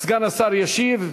סגן השר ישיב.